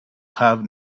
have